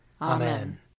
Amen